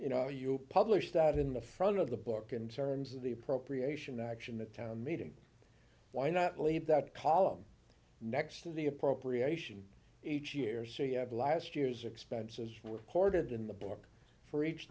you know you published out in the front of the book in terms of the appropriation action the town meeting why not leave that column next to the appropriation each year so you have last year's expenses reported in the book for each